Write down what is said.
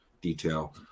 detail